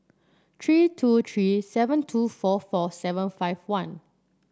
three two three seven two four four seven five one